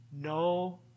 No